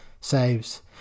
saves